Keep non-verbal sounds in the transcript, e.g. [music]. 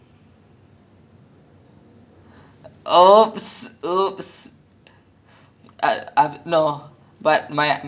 !aiyo! I'm Thala fan !wah! [laughs] it's okay lah like en~ எனக்கு:enakku I'm